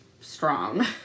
strong